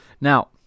Now